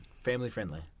Family-friendly